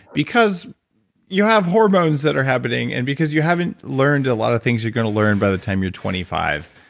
because you have hormones that are happening, and because you haven't learned a lot of things you're going learn by the time you're twenty five.